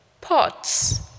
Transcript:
Pots